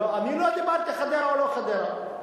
אני לא דיברתי חדרה או לא חדרה.